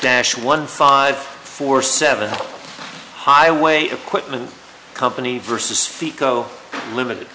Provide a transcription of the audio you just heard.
dash one five four seven highway equipment company versus fico limited